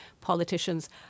politicians